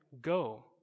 go